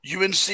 UNC